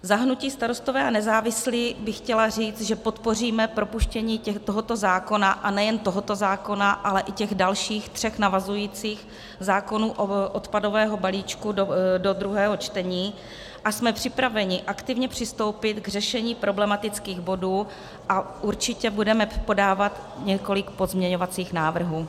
Za hnutí Starostové a nezávislí bych chtěla říct, že podpoříme propuštění tohoto zákona, a nejen tohoto zákona, ale i těch dalších tří navazujících, odpadového balíčku, do druhého čtení a jsme připraveni aktivně přistoupit k řešení problematických bodů a určitě budeme podávat několik pozměňovacích návrhů.